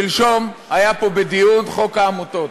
שלשום היה פה דיון בחוק העמותות.